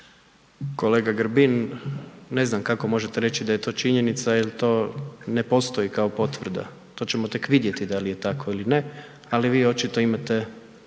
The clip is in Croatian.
Kolega Grbin ne znam kako možete reći da je to činjenica jel to ne postoji kao potvrda, to ćemo tek vidjeti da li je tako ili ne, ali vi očito imate